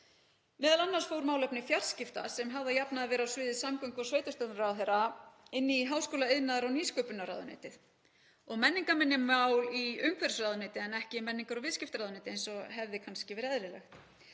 Meðal annars fór málefni fjarskipta sem hafði að jafnaði verið á sviði samgöngu- og sveitarstjórnarráðherra inn í háskóla-, iðnaðar- og nýsköpunarráðuneytið og menningarminjamál í umhverfisráðuneyti en ekki í menningar- og viðskiptaráðuneyti eins og hefði kannski verið eðlilegt.